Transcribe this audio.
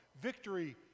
victory